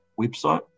website